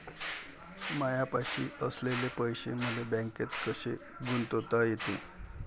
मायापाशी असलेले पैसे मले बँकेत कसे गुंतोता येते?